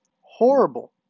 Horrible